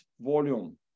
volume